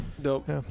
Dope